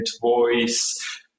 voice